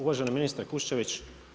Uvaženi ministre Kuščević.